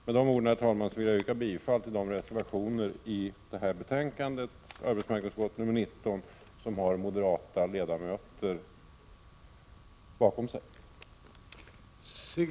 Med dessa ord yrkar jag bifall till de reservationer till arbetsmarknadsutskottets betänkande 19 som har moderata ledamöter bakom sig.